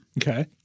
Okay